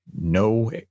no